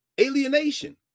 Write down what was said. alienation